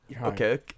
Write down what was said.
Okay